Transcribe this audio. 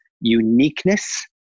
uniqueness